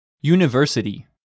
University